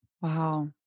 Wow